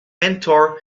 mentor